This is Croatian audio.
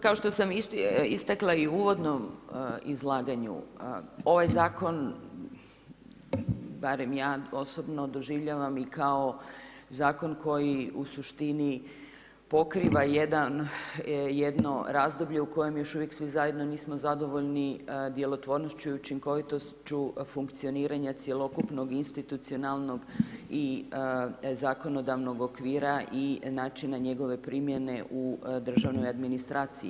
Kao što sam istakla i u uvodnom izlaganju ovaj zakon barem ja osobno doživljavam i kao zakon koji u suštini pokriva jedno razdoblje u kojem još uvijek svi zajedno nismo zadovoljni djelotvornošću i učinkovitošću funkcioniranja cjelokupnog institucionalnog i zakonodavnog okvira i načina njegove primjene u državnoj administraciji.